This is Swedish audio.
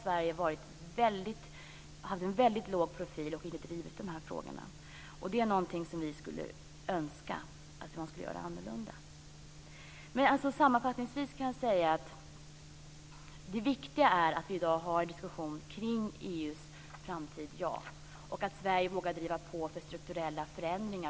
Sverige har hållit en väldigt låg profil och inte drivit dessa frågor. Vi önskar att man ska göra det annorlunda. Sammanfattningsvis kan jag säga att det viktiga i dag är att vi för en diskussion kring EU:s framtid och att Sverige vågar driva på strukturella förändringar.